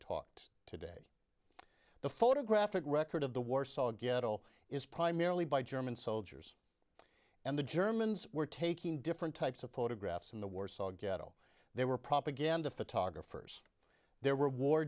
talked today the photographic record of the warsaw ghetto is primarily by german soldiers and the germans were taking different types of photographs in the warsaw ghetto there were propaganda photographers there were war